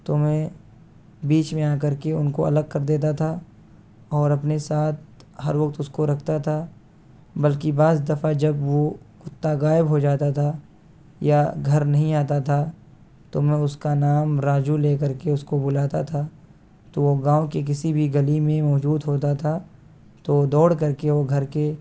تو میں بیچ میں آ کر کے ان کو الگ کر دیتا تھا اور اپنے ساتھ ہر وقت اس کو رکھتا تھا بلکہ بعض دفعہ جب وہ کتا غائب ہو جاتا تھا یا گھر نہیں آتا تھا تو میں اس کا نام راجو لے کر کے اس کو بلاتا تھا تو وہ گاؤں کے کسی بھی گلی میں موجود ہوتا تھا تو وہ دوڑ کر کے وہ گھر کے